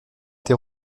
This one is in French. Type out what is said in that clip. été